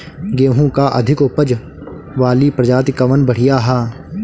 गेहूँ क अधिक ऊपज वाली प्रजाति कवन बढ़ियां ह?